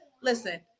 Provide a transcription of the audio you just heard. Listen